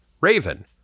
Raven